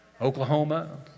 Oklahoma